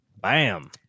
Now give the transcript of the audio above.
Bam